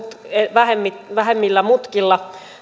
vähemmillä vähemmillä mutkilla